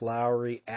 Lowry